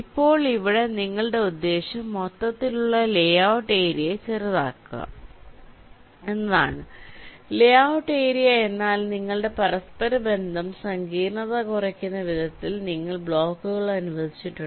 ഇപ്പോൾ ഇവിടെ നിങ്ങളുടെ ഉദ്ദേശ്യം മൊത്തത്തിലുള്ള ലെ ഔട്ട് ഏരിയയെ ചെറുതാക്കുക എന്നതാണ് ലെ ഔട്ട് ഏരിയ എന്നാൽ നിങ്ങളുടെ പരസ്പരബന്ധം സങ്കീർണത കുറയ്ക്കുന്ന വിധത്തിൽ നിങ്ങൾ ബ്ലോക്കുകൾ അനുവദിച്ചിട്ടുണ്ട്